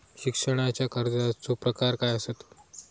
शिक्षणाच्या कर्जाचो प्रकार काय आसत?